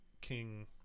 King